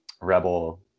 rebel